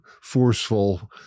forceful